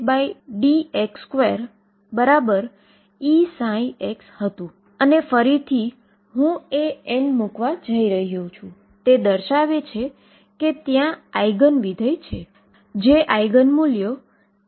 જેમણે માટે સમીકરણની દરખાસ્ત કરી હતી અને અત્યારે હું સમયથી સ્વતંત્ર પર ધ્યાન આપીશ જે સ્થિર છે